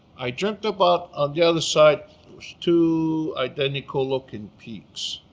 i dreamt about on the other side it was two identical looking peaks.